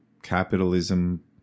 capitalism